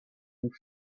and